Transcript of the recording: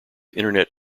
internet